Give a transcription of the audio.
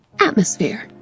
atmosphere